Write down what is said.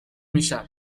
میشم